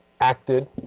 acted